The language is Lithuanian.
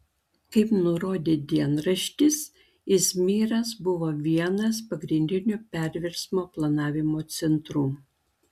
kaip nurodė dienraštis izmyras buvo vienas pagrindinių perversmo planavimo centrų